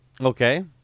Okay